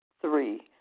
Three